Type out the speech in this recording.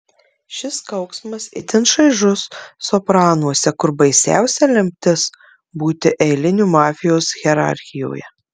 šis kauksmas itin šaižus sopranuose kur baisiausia lemtis būti eiliniu mafijos hierarchijoje